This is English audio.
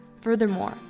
Furthermore